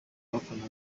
abafana